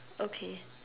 okay